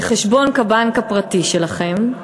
לחשבון הבנק הפרטי שלכם,